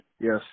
Yes